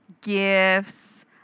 gifts